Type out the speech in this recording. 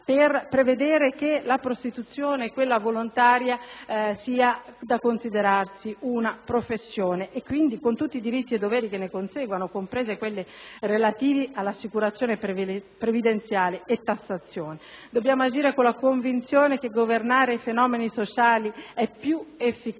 per prevedere che la prostituzione, quella volontaria, sia da considerarsi una professione e quindi con tutti i diritti e i doveri che ne conseguono, compresi quelli relativi all'assicurazione previdenziale ed alla tassazione. Dobbiamo agire con la convinzione che governare i fenomeni sociali è più efficace